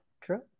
True